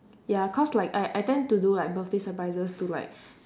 ya cause like I I tend to do like birthday surprises to like